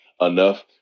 enough